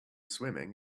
swimming